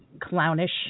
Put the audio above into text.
clownish